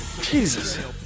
Jesus